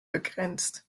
begrenzt